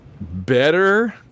better